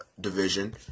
division